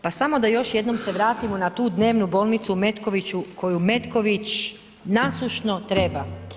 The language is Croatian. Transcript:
Pa samo da još jednom se vratimo na tu dnevnu bolnicu u Metkoviću koju Metković nasušno treba.